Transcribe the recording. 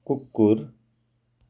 कुकुर